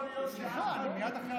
הכנסת, אני מייד אחרי